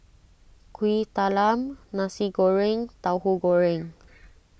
Kuih Talam Nasi Goreng and Tauhu Goreng